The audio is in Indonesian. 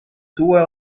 tua